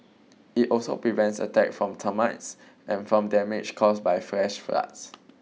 it also prevents attacks from termites and from damage caused by flash floods